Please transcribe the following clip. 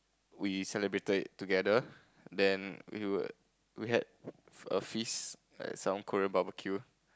we celebrated it together then we would we had a a feast at some Korean barbecue